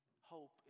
Hope